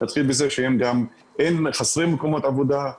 נתחיל בזה שחסרים מקומות עבודה.